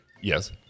Yes